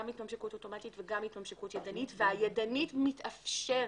התממשקות אוטומטית וגם התממשקות ידנית והידנית מתאפשרת.